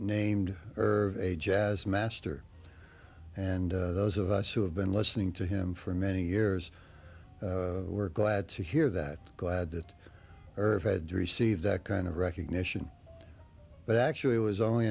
named irv a jazz master and those of us who have been listening to him for many years were glad to hear that glad that herb had received that kind of recognition but actually it was only